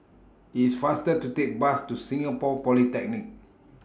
It's faster to Take Bus to Singapore Polytechnic